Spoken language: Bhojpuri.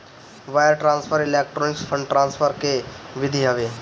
wire transfer electronic fund transfer कअ विधि हवे